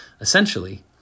Essentially